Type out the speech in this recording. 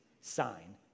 sign